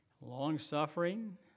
Long-suffering